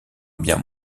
bien